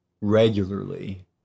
regularly